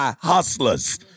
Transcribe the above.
hustlers